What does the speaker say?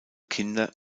kinder